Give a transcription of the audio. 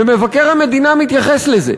ומבקר המדינה מתייחס לזה.